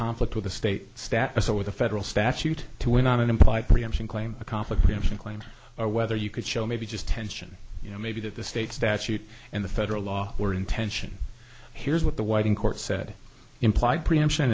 conflict with the state status or with a federal statute to win on an implied preemption claim a conflict preemption claim or whether you could show maybe just tension you know maybe that the state statute and the federal law were in tension here's what the white in court said implied preemption